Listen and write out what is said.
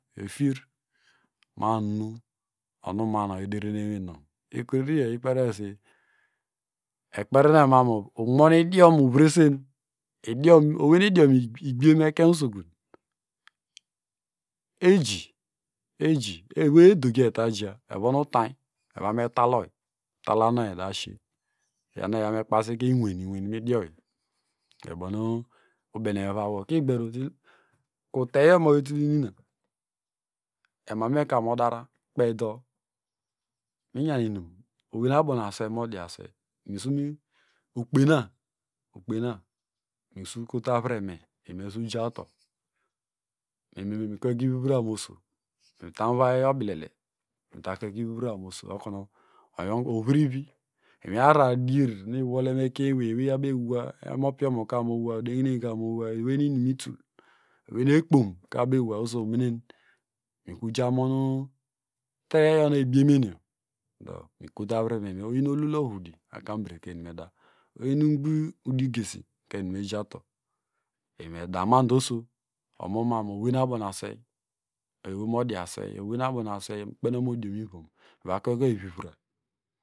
Efir mamu onuma oyideren inwinow ekureri eyi kperose ekperno yimamu umonidiom vresen, idiom owey nu idim igbyenmekeny usokun eji eji ewey edokioy evajia ero nu utany evamettalayi etalanoyi evra shie eyanow ekpasike inwen inwen midioyi oyo ubonu ubeneyo ovawol kigbero kuteyo maa oyitul inina emamekamodara kpeido minyamuinun oweynu abo naswey nu modiaswey ukpena. ukpena mesukota avreme enusujawto mekweke ivivura mo oso metamuvay oblele meta kweke ivivura mu oso okunu ovurivi inwi ararar dier nu iwole mekenyewey eweyabomewa omopiomo kamowa odegineye ka mova ewey nu lrium ltul eweynu ekpom ka abom eway oso omen mikru jamon teyo nu ebiemenyo mekotu imuavreme oyin ololoru udi akambereka enimeda oyin oyin udigesi ka enimeda mando oso omonmanu oweynuabonuaswey dọ oweynumodiyaswey owenu abonu abonuaswey okpenokuno modio mivom vakwekoy ivivura.